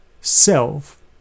self